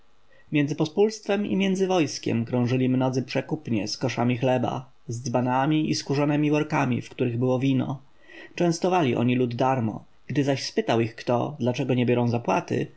między pospólstwem i między wojskiem krążyli mnodzy przekupnie z koszami chleba z dzbanami i skórzanemi workami w których było wino częstowali oni lud darmo gdy zaś spytał ich kto dlaczego nie biorą zapłaty